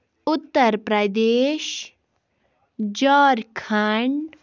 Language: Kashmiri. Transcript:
اُتر پردیش جھارکھنڈ